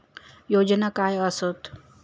योजना काय आसत?